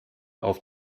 auf